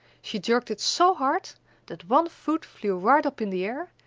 she jerked it so hard that one foot flew right up in the air,